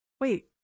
wait